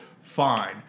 Fine